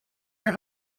your